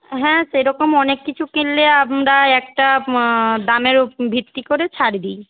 হ্যাঁ সেরকম অনেক কিছু কিনলে আমরা একটা দামের ভিত্তি করে ছাড় দিই